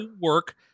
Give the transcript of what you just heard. work